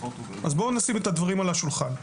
בואו נשים את הדברים על השולחן.